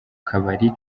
kabari